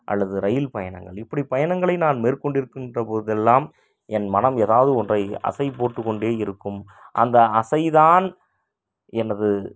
அல்லது ரயில் பயணங்கள் இப்படி பயணங்களை நான் மேற்க்கொண்டிருக்கின்ற போதெல்லாம் என் மனம் ஏதாவது ஒன்றை அசைபோட்டுக்கொண்டே இருக்கும் அந்த அசை தான் எனது